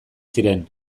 ziren